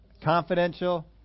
Confidential